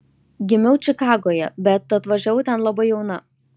gimiau čikagoje bet atvažiavau ten labai jauna